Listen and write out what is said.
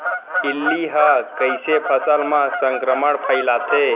इल्ली ह कइसे फसल म संक्रमण फइलाथे?